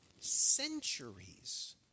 centuries